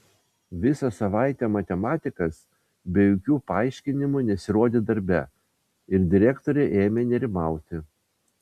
visą savaitę matematikas be jokių paaiškinimų nesirodė darbe ir direktorė ėmė nerimauti